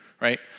right